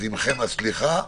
עמכם הסליחה.